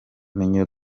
menya